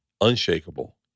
unshakable